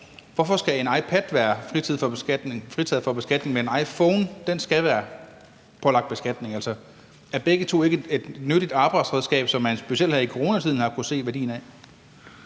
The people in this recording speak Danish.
hvorfor skal en iPad være fritaget for beskatning, mens en iPhone skal være pålagt beskatning? Er begge to ikke et nyttigt arbejdsredskab, som man specielt her i coronatiden har kunnet se værdien af?